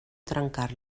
trencar